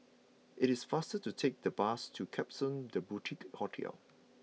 it is faster to take the bus to Klapsons The Boutique Hotel